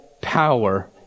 power